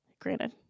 granted